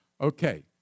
Okay